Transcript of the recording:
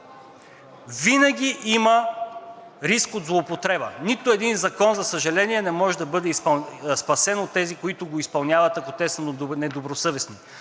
Винаги има риск от злоупотреба. Нито един закон, за съжаление, не може да бъде спасен от тези, които го изпълняват, ако те са недобросъвестни.